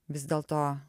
vis dėlto